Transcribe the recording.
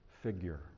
figure